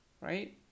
right